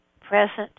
Present